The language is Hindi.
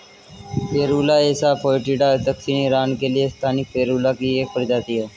फेरुला एसा फोएटिडा दक्षिणी ईरान के लिए स्थानिक फेरुला की एक प्रजाति है